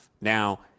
Now